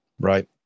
Right